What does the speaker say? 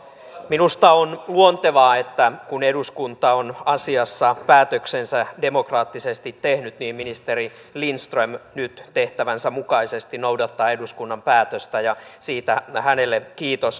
minusta on luontevaa että kun eduskunta on asiassa päätöksensä demokraattisesti tehnyt niin ministeri lindström nyt tehtävänsä mukaisesti noudattaa eduskunnan päätöstä ja siitä hänelle kiitos